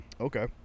Okay